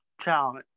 challenge